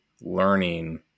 learning